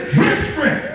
history